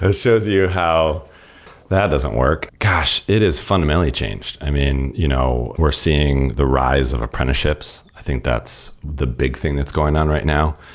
ah shows you how that doesn't work. gosh! it has fundamentally changed. i mean, you know we're seeing the rise of apprenticeships. i think that's the big thing that's going on right now.